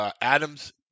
Adams